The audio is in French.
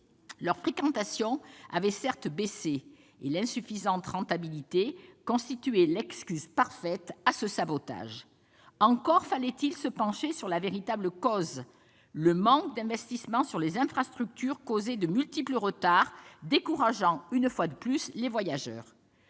Leur fréquentation avait certes baissé et l'insuffisante rentabilité constituait l'excuse parfaite à ce sabotage. Encore fallait-il se pencher sur la véritable cause : le manque d'investissements consacrés aux infrastructures causait de multiples retards, décourageant, une fois de plus, les voyageurs.